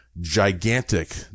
gigantic